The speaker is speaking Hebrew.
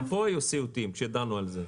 גם פה היו סיוטים כשדנו על זה.